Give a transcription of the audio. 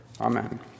Amen